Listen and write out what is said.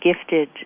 gifted